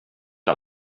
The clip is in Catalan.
que